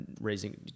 raising